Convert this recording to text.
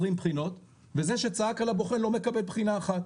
בחינות וזה שצעק על הבוחן לא מקבל בחינה אחת.